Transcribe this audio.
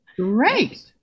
great